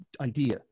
idea